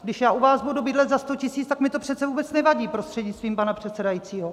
Když já u vás budu bydlet za 100 000, tak mi to přece vůbec nevadí, prostřednictvím pana předsedajícího.